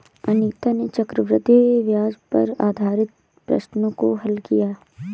अनीता ने चक्रवृद्धि ब्याज पर आधारित प्रश्नों को हल किया